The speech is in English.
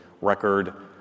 record